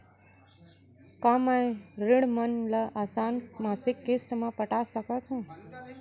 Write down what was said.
का मैं ऋण मन ल आसान मासिक किस्ती म पटा सकत हो?